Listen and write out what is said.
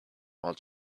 while